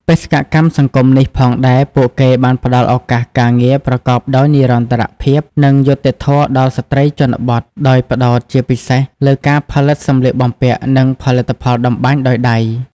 បេសកកម្មសង្គមនេះផងដែរពួកគេបានផ្តល់ឱកាសការងារប្រកបដោយនិរន្តរភាព និងយុត្តិធម៌ដល់ស្ត្រីជនបទ ដោយផ្តោតជាពិសេសលើការផលិតសម្លៀកបំពាក់ និងផលិតផលតម្បាញដោយដៃ ។